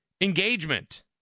engagement